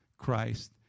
christ